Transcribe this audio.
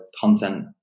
content